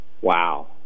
Wow